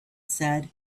said